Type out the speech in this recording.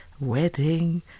wedding